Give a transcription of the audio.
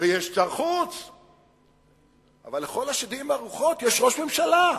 ויש שר חוץ, אבל לכל השדים והרוחות, יש ראש ממשלה.